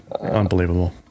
unbelievable